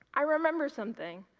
i remember something,